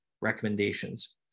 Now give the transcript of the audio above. recommendations